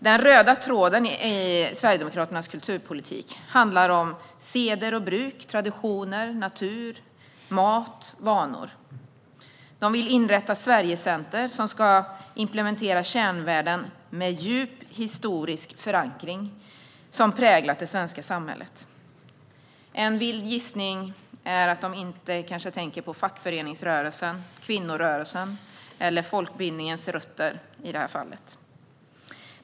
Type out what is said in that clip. Den röda tråden i Sverigedemokraternas kulturpolitik handlar om seder och bruk, traditioner, natur, mat och vanor. De vill inrätta Sverigecenter som ska implementera kärnvärden "med djup historisk förankring" som präglat det svenska samhället. En vild gissning är att de inte tänker på fackföreningsrörelsen, kvinnorörelsen eller folkbildningens rötter.